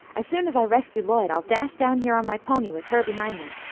as soon as i rescue lloyd i'll dash down here on my pony with her behind me.